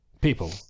People